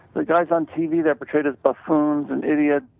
the guys on tv they're portrayed as buffoons and idiots.